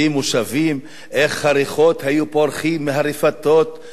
איך הריחות היו פורחים מהרפתות ומהפרדסים